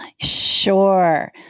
Sure